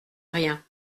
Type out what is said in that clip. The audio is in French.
rien